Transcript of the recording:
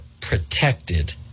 protected